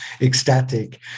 ecstatic